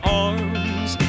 arms